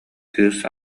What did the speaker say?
кыыс